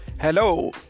hello